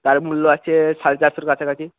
তার মূল্য আছে সাড়ে চারশোর কাছাকাছি